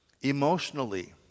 emotionally